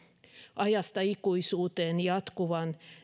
ajasta ikuisuuteen jatkuvan